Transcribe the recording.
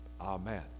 amen